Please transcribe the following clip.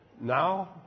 now